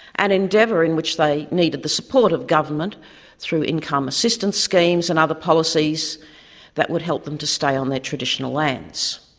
an endeavour in which they needed the support of government through income assistance schemes and other policies that would help them to stay on their traditional lands.